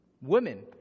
women